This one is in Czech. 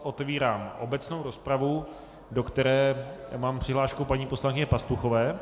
Otevírám obecnou rozpravu, do které mám přihlášku paní poslankyně Pastuchové.